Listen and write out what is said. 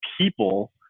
people